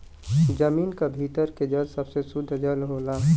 जमीन क भीतर के जल सबसे सुद्ध जल होला